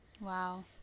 Wow